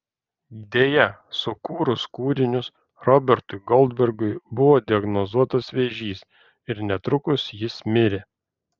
deja sukūrus kūrinius robertui goldbergui buvo diagnozuotas vėžys ir netrukus jis mirė